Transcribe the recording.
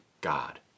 God